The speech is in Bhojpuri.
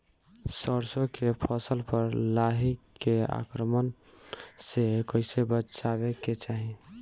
सरसो के फसल पर लाही के आक्रमण से कईसे बचावे के चाही?